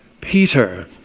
Peter